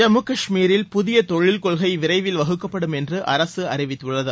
ஜம்மு கஷ்மீரில் புதிய தொழில் கொள்கை விரைவில் வகுக்கப்படும் என்று அரசு அறிவித்துள்ளது